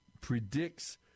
predicts